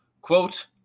quote